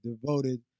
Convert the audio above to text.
devoted